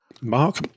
Mark